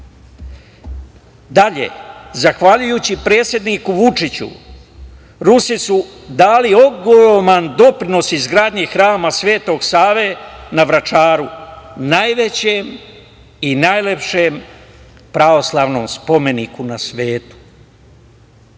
Dalje, zahvaljujući predsedniku Vučiću Rusi su dali ogroman doprinos izgradnji Hrama Svetog Save na Vračaru, najvećem i najlepšem pravoslavnom spomeniku na svetu.